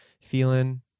feeling